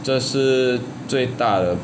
这是最大的